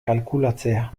kalkulatzea